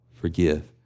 forgive